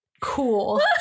Cool